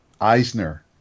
Eisner